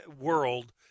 world